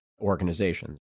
organizations